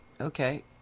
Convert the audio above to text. Okay